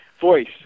voice